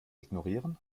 ignorieren